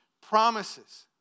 promises